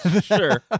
Sure